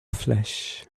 flesh